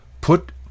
put